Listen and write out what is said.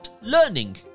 learning